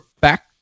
back